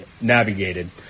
navigated